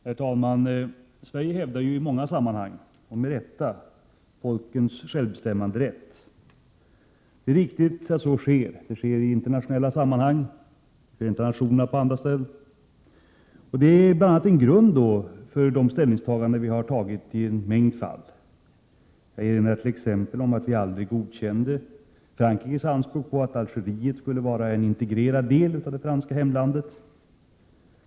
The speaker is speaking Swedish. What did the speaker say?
Herr talman! Sverige hävdar i många sammanhang, med rätta, folkens självbestämmanderätt. Det är riktigt att så sker. Det sker i internationella sammanhang, i Förenta Nationerna och på andra ställen. Det är bl.a. en grund för de ställningstaganden vi har gjort i en mängd fall. Jag erinrar t.ex. om att vi aldrig godkände Frankrikes anspråk på att Algeriet skulle vara en integrerad del av det franska hemlandet.